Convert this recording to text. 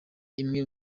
imwe